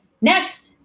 Next